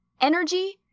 energy